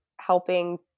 helping